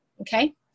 Okay